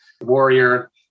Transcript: warrior